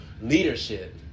leadership